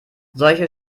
solche